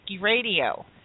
Radio